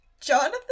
Jonathan